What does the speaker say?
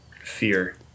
fear